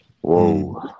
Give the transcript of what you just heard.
Whoa